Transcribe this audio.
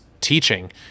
teaching